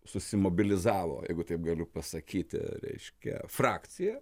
susimobilizavo jeigu taip galiu pasakyti reiškia frakcija